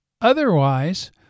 Otherwise